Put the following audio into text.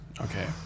Okay